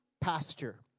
pasture